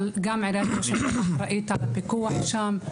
אבל גם עיריית ירושלים אחראית על הפיקוח שם.